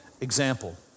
example